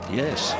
yes